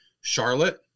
Charlotte